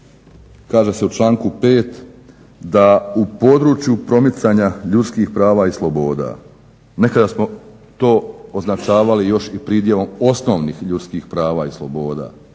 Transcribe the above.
kaže se u članku 5. da u području promicanja ljudskih prava i sloboda, nekada smo to označavali još i pridjevom osnovnih ljudskih prava i sloboda